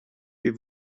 wir